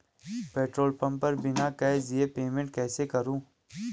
Petrol pump पर बिना cash दिए पेमेंट कैसे करूँ?